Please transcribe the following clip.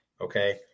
Okay